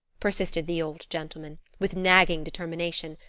persisted the old gentleman, with nagging determination,